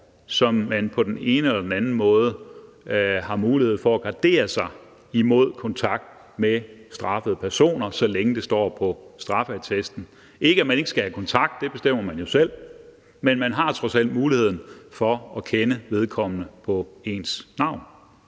så man på den ene eller den anden måde har mulighed for at gardere sig mod kontakt med straffede personer, så længe det står på straffeattesten. Det er ikke, at man ikke skal kunne have kontakt – det bestemmer man jo selv – men man har trods alt mulighed for at kende vedkommende på vedkommendes navn.